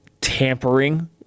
tampering